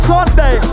Sunday